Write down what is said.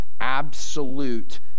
absolute